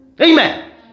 Amen